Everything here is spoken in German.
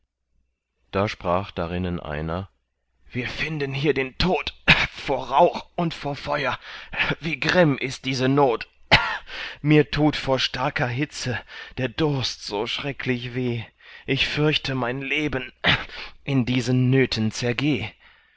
da sprach darinnen einer wir finden hier den tod vor rauch und vor feuer wie grimm ist diese not mir tut vor starker hitze der durst so schrecklich weh ich fürchte mein leben in diesen nöten zergeh